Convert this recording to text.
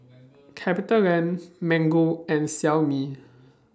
CapitaLand Mango and Xiaomi